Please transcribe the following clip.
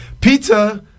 Peter